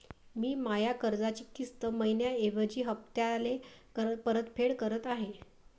मी माया कर्जाची किस्त मइन्याऐवजी हप्त्याले परतफेड करत आहे